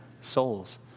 souls